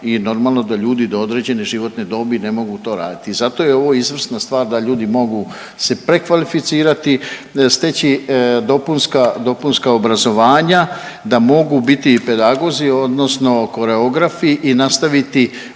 i normalno da ljudi do određene životne dobi ne mogu to raditi. I zato je ovo izvrsna stvar da ljudi mogu se prekvalificirati, steći dopunska, dopunska obrazovanja, da mogu biti i pedagozi odnosno koreografi i nastaviti